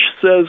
says